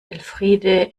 elfriede